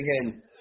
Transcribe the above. again